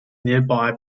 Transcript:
nearby